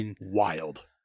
wild